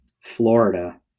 Florida